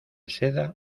seda